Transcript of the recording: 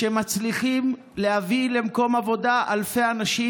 שמצליחים להביא למקום עבודה אלפי אנשים.